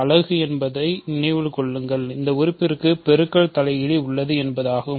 அலகு என்பதை நினைவில் கொள்ளுங்கள் அந்த உறுப்பிற்கு பெருக்கல் தலைகீழ் உள்ளது என்பதாகும்